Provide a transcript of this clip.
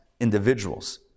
Individuals